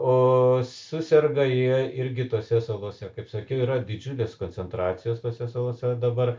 o suserga jie irgi tose salose kaip sakiau yra didžiulės koncentracijos tose salose dabar